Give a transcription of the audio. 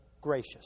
gracious